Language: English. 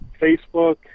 Facebook